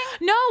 no